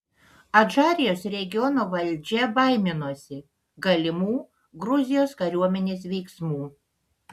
adžarijos regiono valdžia baiminosi galimų gruzijos kariuomenės veiksmų